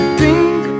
drink